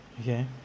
Okay